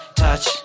touch